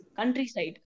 Countryside